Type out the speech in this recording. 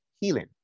healing